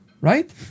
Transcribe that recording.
right